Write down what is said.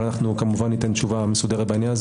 אבל כמובן ניתן תשובה מסודרת בעניין.